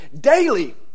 daily